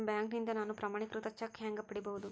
ಬ್ಯಾಂಕ್ನಿಂದ ನಾನು ಪ್ರಮಾಣೇಕೃತ ಚೆಕ್ ಹ್ಯಾಂಗ್ ಪಡಿಬಹುದು?